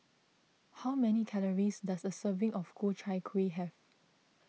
how many calories does a serving of Ku Chai Kuih have